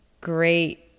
great